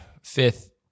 fifth